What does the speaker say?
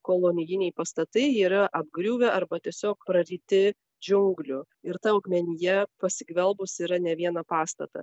kolonijiniai pastatai yra apgriuvę arba tiesiog praryti džiunglių ir ta augmenija pasigvelbus yra ne vieną pastatą